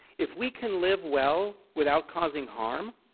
if we can live well without causing harm,